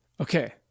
okay